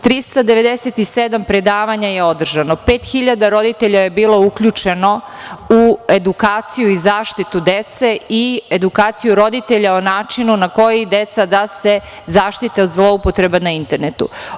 Održano je 397 predavanja, 5.000 roditelja je bilo uključeno u edukaciju i zaštitu dece i edukaciju roditelja o načinu na koji deca da se zaštite od zloupotreba na internetu.